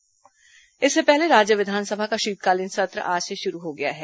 विस सत्र इससे पहले राज्य विधानसभा का शीतकालीन सत्र आज से शुरू हो गया है